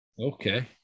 Okay